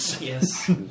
Yes